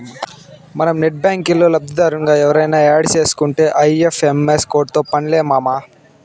మనం నెట్ బ్యాంకిల్లో లబ్దిదారునిగా ఎవుర్నయిన యాడ్ సేసుకుంటే ఐ.ఎఫ్.ఎం.ఎస్ కోడ్తో పన్లే మామా